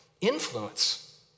influence